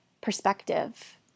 perspective